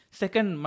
second